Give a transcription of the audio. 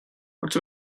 what